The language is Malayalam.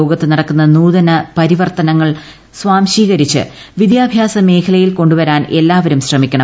ലോകത്ത് നടക്കുന്ന നൂതന പരിവർത്തനങ്ങൾ സ്വാംശീകരിച്ച് വിദ്യാഭ്യാസ മേഖലയിൽ കൊണ്ടുവരാൻ എല്ലാവരും ശ്രമിക്കണം